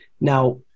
Now